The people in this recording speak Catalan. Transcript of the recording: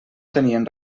tenien